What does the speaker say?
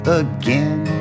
again